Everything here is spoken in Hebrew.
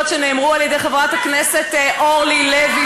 שנאמרו על-ידי חברת הכנסת אורלי לוי,